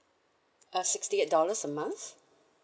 uh sixty eight dollars a month